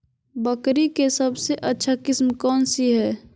बकरी के सबसे अच्छा किस्म कौन सी है?